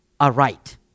aright